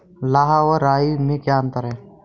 लाह व राई में क्या अंतर है?